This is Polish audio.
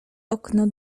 okno